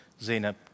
Zeynep